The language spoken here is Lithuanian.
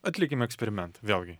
atlikim eksperimentą vėlgi